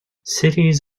cities